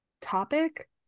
topic